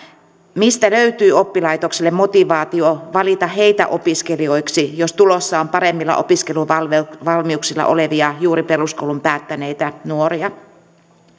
mistä löytyy oppilaitokselle motivaatio valita heitä opiskelijoiksi jos tulossa on paremmilla opiskeluvalmiuksilla olevia juuri peruskoulun päättäneitä nuoria